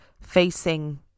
facing